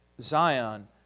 Zion